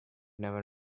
never